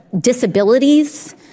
disabilities